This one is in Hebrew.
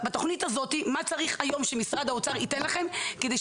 בתוכנית הזאת מה צריך היום שמשרד האוצר יתן לכם כדי,